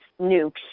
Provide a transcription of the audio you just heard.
nukes